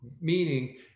meaning